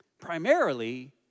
Primarily